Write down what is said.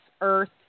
Earth